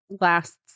lasts